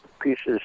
pieces